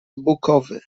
bukowy